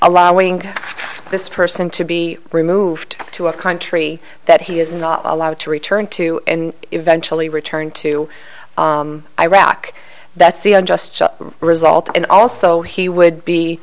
allowing this person to be removed to a country that he is not allowed to return to and eventually return to iraq that's the unjust result and also he would be